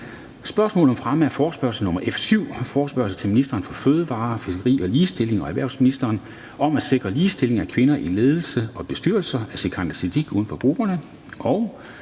Spørgsmål om fremme af forespørgsel nr. F 7: Forespørgsel til ministeren for fødevarer, fiskeri og ligestilling og erhvervsministeren om at sikre ligestilling af kvinder i ledelser og bestyrelser. Af Sikandar Siddique (UFG).